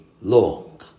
long